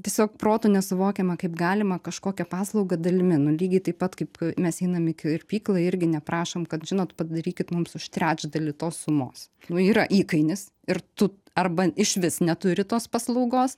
tiesiog protu nesuvokiama kaip galima kažkokią paslaugą dalimi nu lygiai taip pat kaip mes einam į kirpyklą irgi neprašom kad žinot padarykit mums už trečdalį tos sumos nu yra įkainis ir tu arba išvis neturi tos paslaugos